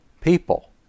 people